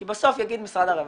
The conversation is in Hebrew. כי בסוף יגיד משרד הרווחה,